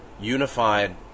unified